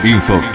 Info